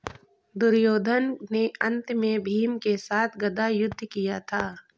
दुर्योधन ने अन्त में भीम के साथ गदा युद्ध किया था